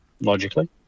logically